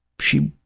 she